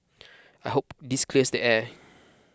I hope this clears the air